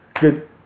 Good